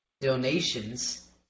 donations